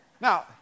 Now